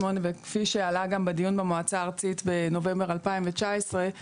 וכפי שעלה גם בדיון במועצה הארצית בנובמבר 2019,